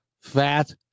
fat